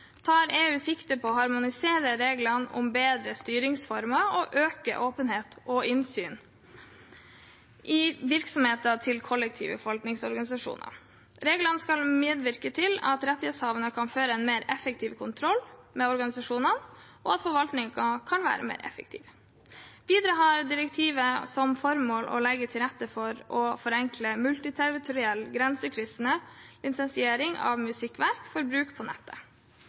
tar EU sikte på å harmonisere regler om bedre styringsformer og økt åpenhet og innsyn i virksomheten til kollektive forvaltningsorganer. Reglene skal medvirke til at rettighetshaverne kan føre en mer effektiv kontroll med organisasjonene, og at forvaltningen kan bli mer effektiv. Videre har direktivet som formål å legge til rette for og forenkle multiterritoriell, grensekryssende lisensiering av musikkverk for bruk på nettet.